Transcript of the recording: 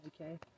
okay